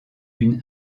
une